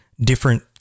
different